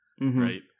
right